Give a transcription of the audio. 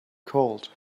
called